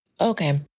okay